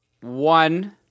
one